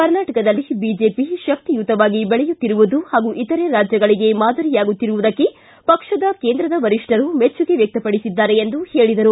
ಕರ್ನಾಟಕದಲ್ಲಿ ಬಿಜೆಪಿ ಶಕ್ತಿಯುತವಾಗಿ ಬೆಳೆಯುತ್ತಿರುವುದು ಹಾಗೂ ಇತರೆ ರಾಜ್ಯಗಳಿಗೆ ಮಾದರಿಯಾಗುತ್ತಿರುವುದಕ್ಕೆ ಪಕ್ಷದ ಕೇಂದ್ರದ ವರಿಷ್ಠರು ಮೆಚ್ಚುಗೆ ವ್ಯಕ್ತಪಡಿಸಿದ್ದಾರೆ ಎಂದು ಹೇಳಿದರು